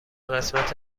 قسمت